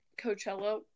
Coachella